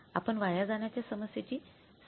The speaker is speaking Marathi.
आपण वाया जाण्याच्या समस्येची समायोजन करू शकतो का